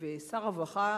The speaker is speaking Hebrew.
שר הרווחה